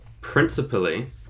principally